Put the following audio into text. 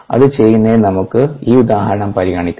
അത് ചെയ്യുന്നതിന് നമുക്ക് ഈ ഉദാഹരണം പരിഗണിക്കാം